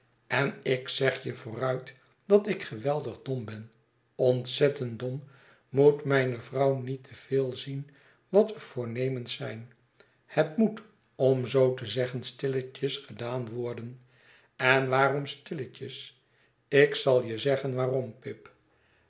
en ik zeg je vooruit dat ik geweldig dom ben ontzettend dom moet mijne vrouw niet te veel zien wat we voornemens zijn het moet om zoo te zeggen stilletjes gedaan worden en waarom stilletjes ik zal je zeggen waarom pip